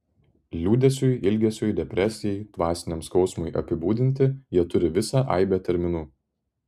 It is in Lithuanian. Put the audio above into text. liūdesiui ilgesiui depresijai dvasiniam skausmui apibūdinti jie turi visą aibę terminų